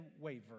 waver